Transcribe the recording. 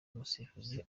umusifuzi